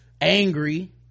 angry